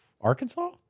Arkansas